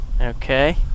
okay